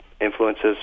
influences